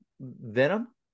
Venom